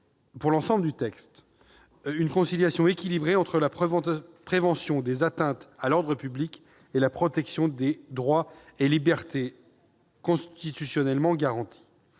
pour l'ensemble du texte, une conciliation équilibrée entre la prévention des atteintes à l'ordre public et la protection des droits et libertés constitutionnellement garantis.